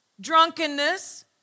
Drunkenness